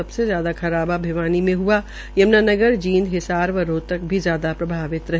सबसे ज्यादा खराबा भिवानी में हआ यमनानगर जींद हिसार व रोहतक भी ज्यादा प्रभावित रहे